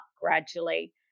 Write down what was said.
gradually